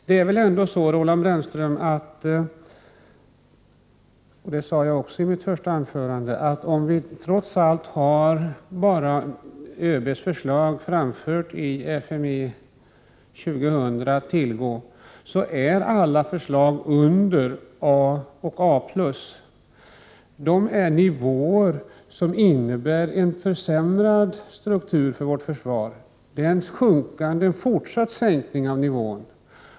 Det är väl så, Roland Brännström, att — också detta berörde jag i mitt inledningsanförande — om vi trots allt bara har ÖB:s förslag framfört i FMI 2000 att tillgå, ligger alla förslag under A och A+ på en nivå som innebär försämrad struktur för vårt försvar. Det blir således en fortsatt sänkning av nivån.